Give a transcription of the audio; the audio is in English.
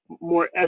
more